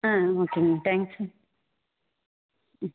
ஆ ஓகேங்க தேங்ஸ்ங்க உம்